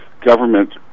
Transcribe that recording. government